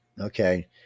Okay